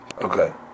okay